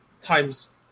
times